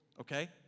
okay